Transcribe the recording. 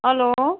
hello